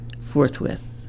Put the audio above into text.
forthwith